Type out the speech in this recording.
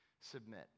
submit